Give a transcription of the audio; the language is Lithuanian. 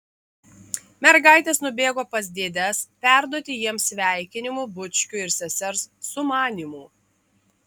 mergaitės nubėgo pas dėdes perduoti jiems sveikinimų bučkių ir sesers sumanymų